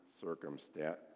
circumstance